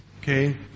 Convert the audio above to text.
okay